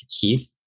Keith